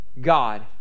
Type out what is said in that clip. God